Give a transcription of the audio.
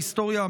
ההיסטוריה,